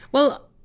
well!